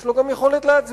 יש לו גם יכולת להצביע.